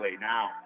now